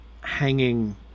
hanging